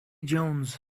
jones